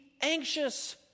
anxious